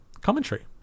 commentary